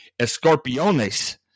Escorpiones